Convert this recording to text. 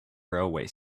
railway